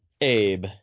Abe